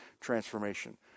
transformation